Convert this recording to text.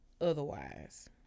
otherwise